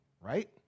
right